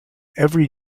every